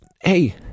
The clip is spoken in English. hey